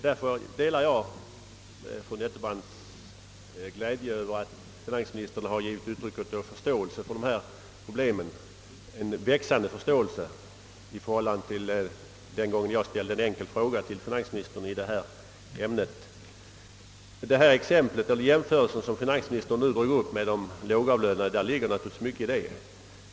Jag delar därför fru Nettelbrandts glädje över att finansministern givit uttryck för förståelse för detta problem — en större förståelse än den gången jag ställde en enkel fråga till finansministern i detta ämne. Det ligger naturligtvis mycket i det exempel beträffande de lågavlönade, som finansministern nu tagit upp.